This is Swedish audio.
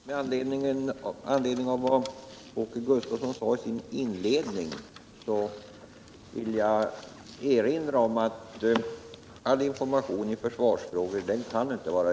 Herr talman! Med anledning av vad Åke Gustavsson sade i sin inledning vill jag erinra om att all information i försvarsfrågor inte kan vara öppen.